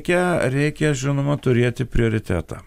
reikia reikia žinoma turėti prioritetą